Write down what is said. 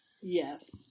Yes